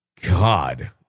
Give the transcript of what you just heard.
God